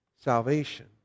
salvation